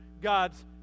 God's